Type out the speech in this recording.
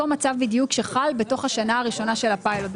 מצב בדיוק שחל בתוך השנה הראשונה של הפיילוט,